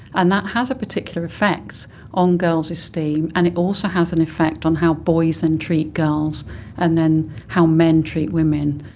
and that has a particular effect on girls' esteem, and it also has an effect on how boys then and treat girls and then how men treat women.